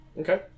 Okay